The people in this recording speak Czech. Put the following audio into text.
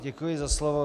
Děkuji za slovo.